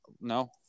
No